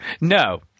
No